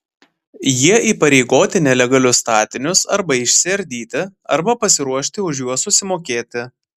jie įpareigoti nelegalius statinius arba išsiardyti arba pasiruošti už juos susimokėti